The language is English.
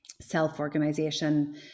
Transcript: self-organization